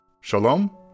Shalom